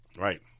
Right